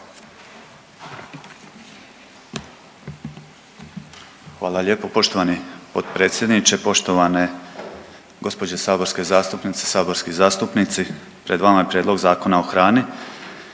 Hvala lijepo. Poštovani potpredsjedniče, poštovane gospođe saborske zastupnice, saborski zastupnici. Pred vama je Prijedlog Zakona o hrani,